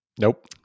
Nope